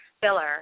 Filler